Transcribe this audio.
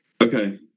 Okay